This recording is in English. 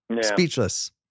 Speechless